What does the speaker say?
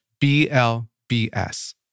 BLBS